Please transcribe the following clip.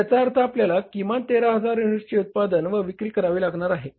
तर याचा अर्थ आपल्याला किमान 13000 युनिट्सची उत्पादन व विक्री करावी लागणार आहे